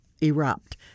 erupt